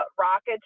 Rockets